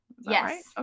Yes